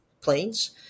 planes